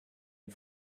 une